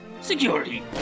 Security